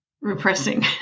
repressing